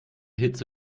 hitze